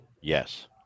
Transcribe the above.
Yes